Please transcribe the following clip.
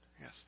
Yes